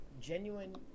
genuine